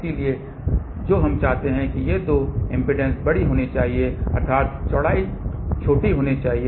इसलिए जो हम चाहते हैं कि ये दो इम्पीडेन्सेस बड़ी होनी चाहिए अर्थात चौड़ाई छोटी होनी चाहिए